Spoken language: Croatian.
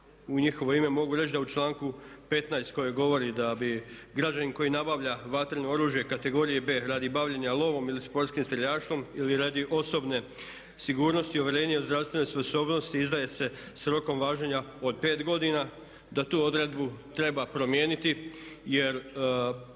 u njihovo ime mogu reći da u članku 15.koji govori da bi građanin koji nabavlja vatreno oružje kategorije B radi bavljenja lovom ili sportskim streljaštvom ili radi osobne sigurnosti uvjerenje o zdravstvenoj sposobnosti izdaje s rokom važenja od 5 godina, da tu odredbu treba promijeniti. Jer prema